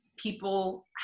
people